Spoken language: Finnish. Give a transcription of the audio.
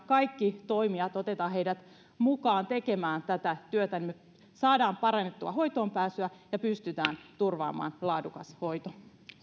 kaikki toimijat otetaan heidät mukaan tekemään tätä työtä niin me saamme parannettua hoitoonpääsyä ja pystytään turvaamaan laadukas hoito